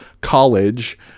college